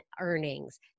earnings